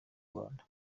rwanda